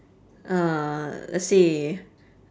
uh let's see